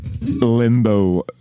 Limbo